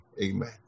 Amen